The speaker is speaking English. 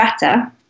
better